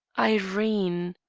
irene,